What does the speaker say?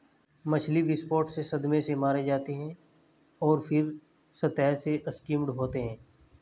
मछली विस्फोट से सदमे से मारे जाते हैं और फिर सतह से स्किम्ड होते हैं